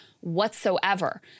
whatsoever